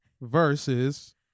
versus